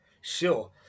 Sure